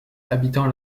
habitant